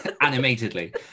animatedly